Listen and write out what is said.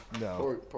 No